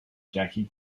jackie